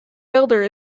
builder